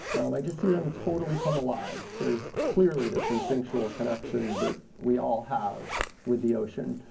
i just see them totally come alive. there's clearly this instinctual connection that we all have with the ocean.